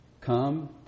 come